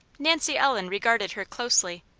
nancy ellen regarded her closely.